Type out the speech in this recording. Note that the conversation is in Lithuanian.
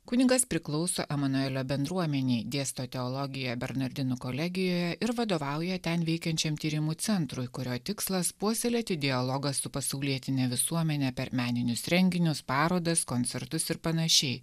kunigas priklauso emanuelio bendruomenei dėsto teologiją bernardinų kolegijoje ir vadovauja ten veikiančiam tyrimų centrui kurio tikslas puoselėti dialogą su pasaulietine visuomene per meninius renginius parodas koncertus ir panašiai